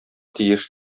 тиеш